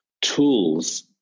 tools